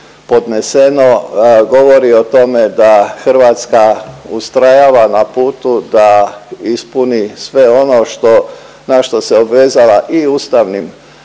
podneseno govori o tome da Hrvatska ustrajava na putu da ispuni sve ono što na što se obvezala i ustavnim